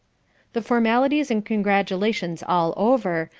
the formalities and congratulations all over,